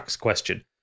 question